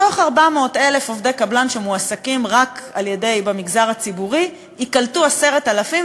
מתוך 400,000 עובדי קבלן שמועסקים רק במגזר הציבורי ייקלטו 10,000,